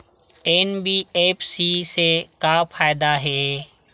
NBFC से का फ़ायदा हे?